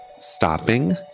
stopping